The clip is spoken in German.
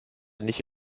nicht